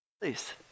Please